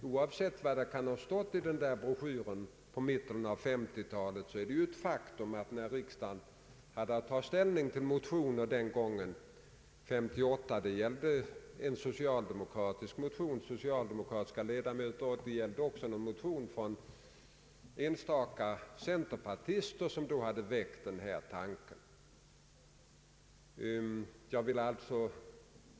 Oavsett vad det kan ha stått i broschyren från mitten av 1950 talet var det socialdemokratiska ledamöter och även enstaka centerpartister som hade väckt de motioner som riksdagen tog ställning till år 1958.